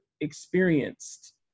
experienced